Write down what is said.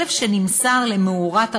כלב שנמסר למאורת הרשות,